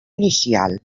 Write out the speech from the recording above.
inicial